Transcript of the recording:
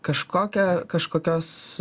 kažkokią kažkokios